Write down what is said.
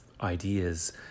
ideas